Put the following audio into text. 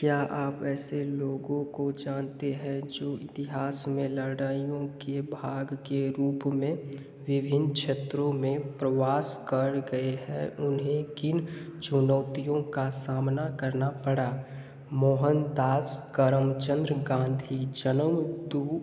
क्या आप ऐसे लोगों को जानते हैं जो इतिहास में लड़ाइयों के भाग के रूप में विभिन्न क्षेत्रों में प्रवास कर गए हैं उन्हें किन चुनौतियों का सामना करना पड़ा मोहन दास करमचंद्र गांधी जनम हेतु